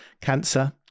cancer